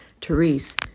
Therese